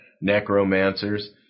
necromancers